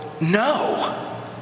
No